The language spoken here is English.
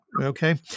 Okay